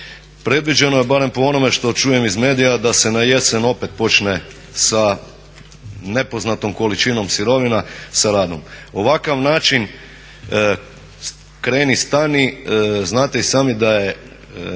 Predviđeno je, barem po onome što čujem iz medija da se na jesen opet počne sa nepoznatom količinom sirovina sa radom. Ovakav način kreni stani znate i sami da je